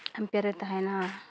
ᱟᱢᱯᱮᱭᱟᱨᱮ ᱛᱟᱦᱮᱱᱟ